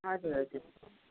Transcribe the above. हजुर हजुर